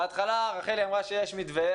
בהתחלה רחלי אמרה שיש מתווה,